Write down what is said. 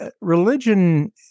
religion